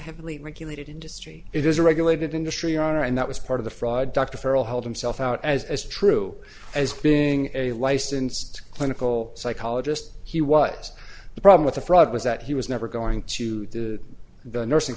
heavily regulated industry it is a regulated industry are and that was part of the fraud dr farrell held himself out as as true as being a licensed clinical psychologist he was the problem with the fraud was that he was never going to the nursing